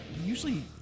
Usually